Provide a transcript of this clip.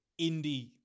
indie